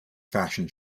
fashion